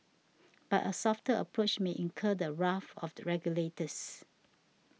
but a softer approach may incur the wrath of the regulators